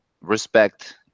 Respect